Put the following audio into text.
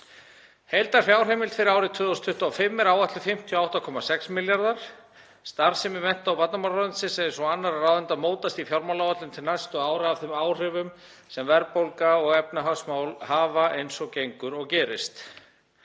Heildarfjárheimild fyrir árið 2025 er áætluð 58,6 milljarðar. Starfsemi mennta- og barnamálaráðuneytisins eins og annarra ráðuneyta mótast í fjármálaáætlun til næstu ára af þeim áhrifum sem verðbólga og efnahagsmál hafa, eins og gengur og gerist.